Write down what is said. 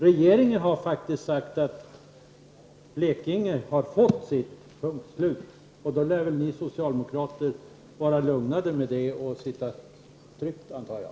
Regeringen har sagt att Blekinge har fått sitt, punkt slut. Med det lär ni socialdemokrater vara lugnade och sitta tryggt, antar jag.